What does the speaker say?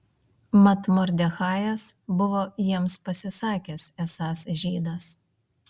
mat mordechajas buvo jiems pasisakęs esąs žydas